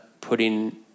putting